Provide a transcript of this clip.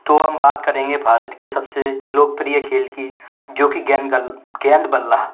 तो हम बात करेंगे भारत के सब से लोकप्रिय खेल की जो कि गैंगल गेंद बल्ला